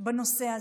הנושא הזה,